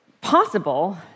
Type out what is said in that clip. possible